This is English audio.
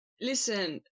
Listen